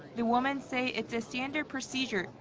the women say it's a standard procedure,